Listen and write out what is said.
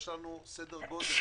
יש לנו סדר גודל